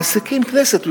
מעסיקים כנסת.